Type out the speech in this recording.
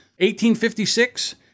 1856